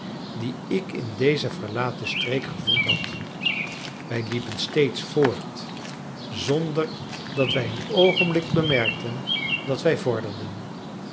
die ik in deze verlaten streek gevoeld had wij liepen steeds voort zonder dat wij een oogenblik bemerkten dat wij